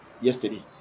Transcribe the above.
yesterday